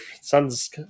sun's –